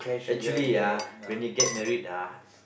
actually ah when you get married ah